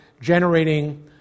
generating